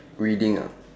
reading ah